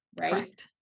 Right